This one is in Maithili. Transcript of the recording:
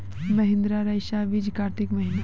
महिंद्रा रईसा बीज कार्तिक महीना?